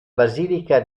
basilica